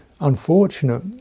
unfortunate